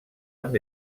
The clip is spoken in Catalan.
amb